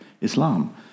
Islam